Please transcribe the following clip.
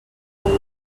també